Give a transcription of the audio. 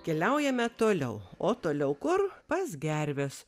keliaujame toliau o toliau kur pas gerves